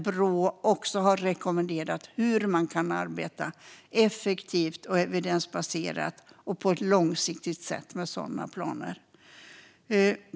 Brå har rekommenderat hur man kan arbeta effektivt och evidensbaserat på ett långsiktigt sätt med sådana planer.